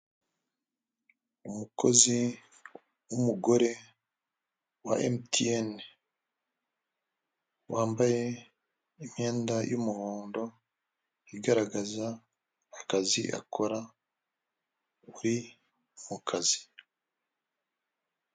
Umukozi w'umugore wa emutiyeni wambaye imyenda y'umuhondo igaragaza akazi akora, uri mu kazi.